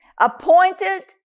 appointed